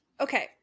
okay